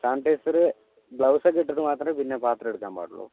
sanitiser ഗ്ലൗസൊക്കെ ഇട്ടിട്ട് മാത്രമേ പിന്നെ പാത്രം എടുക്കാൻ പാടുള്ളൂ